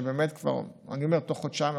ובאמת אני אומר: בתוך חודשיים אנחנו,